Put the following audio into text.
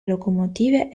locomotive